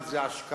אחד זה השקעה